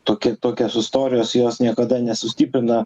toki tokios istorijos jos niekada nesustiprina